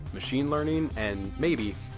machine learning, and maybe,